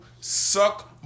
suck